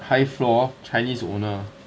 high floor chinese owner